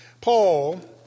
Paul